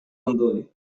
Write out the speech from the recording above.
gondoli